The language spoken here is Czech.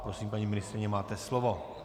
Prosím, paní ministryně, máte slovo.